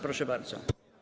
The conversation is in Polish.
Proszę bardzo.